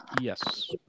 Yes